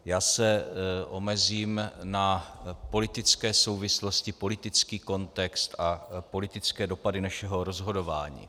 Já se omezím na politické souvislosti, politicky kontext a politické dopady našeho rozhodování.